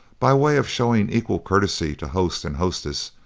by way of showing equal courtesy to host and hostess,